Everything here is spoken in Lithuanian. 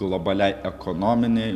globaliai ekonominei